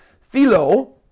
philo